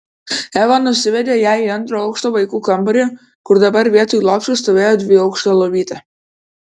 eva nusivedė ją į antro aukšto vaikų kambarį kur dabar vietoj lopšio stovėjo dviaukštė lovytė